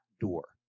door